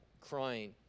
crying